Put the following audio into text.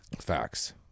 Facts